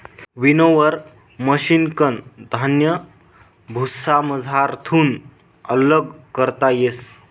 winnower मशिनकन धान्य भुसामझारथून आल्लग करता येस